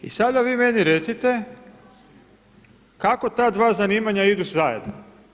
I sada vi meni recite kako ta dva zanimanja idu zajedno?